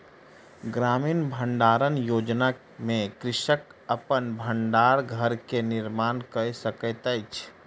ग्रामीण भण्डारण योजना में कृषक अपन भण्डार घर के निर्माण कय सकैत अछि